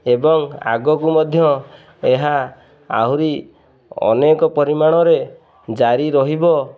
ଏବଂ ଆଗକୁ ମଧ୍ୟ ଏହା ଆହୁରି ଅନେକ ପରିମାଣରେ ଜାରି ରହିବ